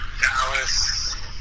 Dallas